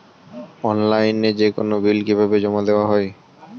অনলাইনে যেকোনো বিল কিভাবে জমা দেওয়া হয়?